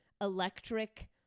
electric